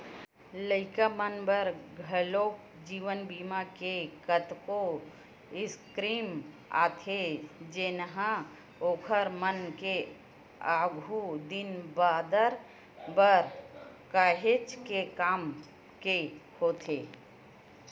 लइका मन बर घलोक जीवन बीमा के कतको स्कीम आथे जेनहा ओखर मन के आघु दिन बादर बर काहेच के काम के होथे